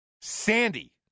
Sandy